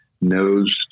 knows